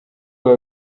biba